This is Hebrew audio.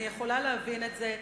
אני יכולה להבין את זה.